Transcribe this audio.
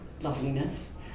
loveliness